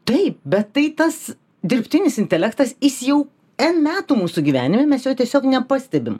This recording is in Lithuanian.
taip bet tai tas dirbtinis intelektas jis jau n metų mūsų gyvenime mes jo tiesiog nepastebim